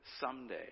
someday